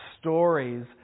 stories